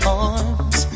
arms